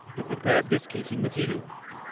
to prepare this casing material.